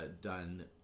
done